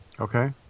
Okay